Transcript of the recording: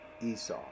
Esau